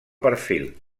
perfil